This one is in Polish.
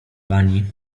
pani